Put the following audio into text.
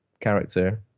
character